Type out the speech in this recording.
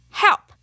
help